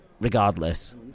regardless